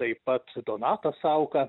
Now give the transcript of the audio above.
taip pat donatas sauka